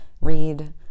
Read